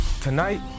Tonight